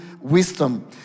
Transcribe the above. wisdom